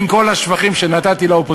אתה יכול לקצר וראש הממשלה יאריך.